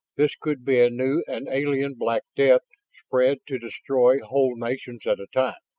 this could be a new and alien black death spread to destroy whole nations at a time!